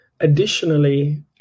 Additionally